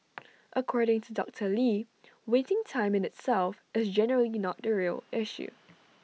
according to doctor lee waiting time in itself is generally not the real issue